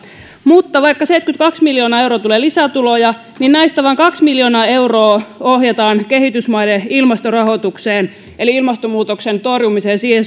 mutta vaikka seitsemänkymmentäkaksi miljoonaa euroa tulee lisätuloja niin näistä vain kaksi miljoonaa euroa ohjataan kehitysmaiden ilmastorahoitukseen eli ilmastonmuutoksen torjumiseen ja siihen